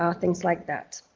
um things like that.